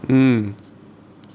mm